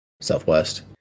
southwest